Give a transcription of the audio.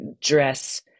dress